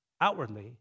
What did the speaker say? outwardly